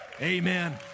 Amen